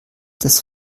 des